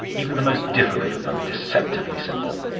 even the most difficult of them, deceptively simple.